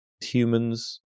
humans